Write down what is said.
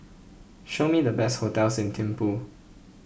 show me the best hotels in Thimphu